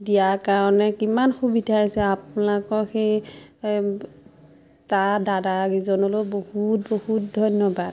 দিয়াৰ কাৰণে কিমান সুবিধা হৈছে আপোনালোকৰ সেই তাৰ দাদা কেইজনলৈও বহুত বহুত ধন্যবাদ